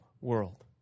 world